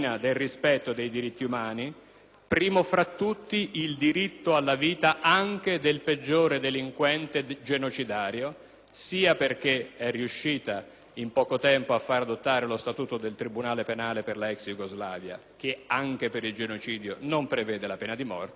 primo tra tutti il diritto alla vita, anche del peggiore delinquente genocidario, sia perché è riuscita in poco tempo a fare adottare lo Statuto del tribunale penale internazionale per la ex Jugoslavia, che anche per il genocidio non prevede la pena di morte, sia perché due anni fa